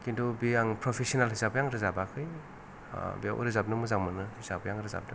खिन्थु बे आं प्रपेसिनेल हिसाबै आं रोजाबाखै बेयाव रोजाबनो मोजां मोनो हिसाबै आं रोजाबदों